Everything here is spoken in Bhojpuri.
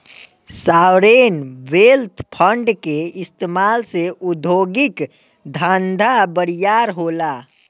सॉवरेन वेल्थ फंड के इस्तमाल से उद्योगिक धंधा बरियार होला